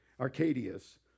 Arcadius